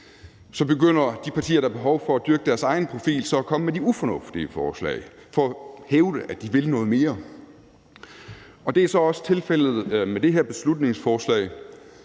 så begynder de partier, der har behov for at dyrke deres egen profil, at komme med de ufornuftige forslag for at hævde, at de vil noget mere. Det er så også tilfældet med det her beslutningsforslag,